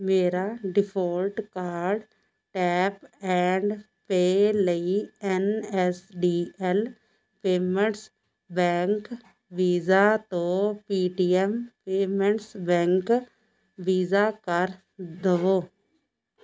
ਮੇਰਾ default card tap and pay ਲਈ N S D L payments bank Visa ਤੋਂ P T M payments bank Visa ਕਰ ਦੇਵੋ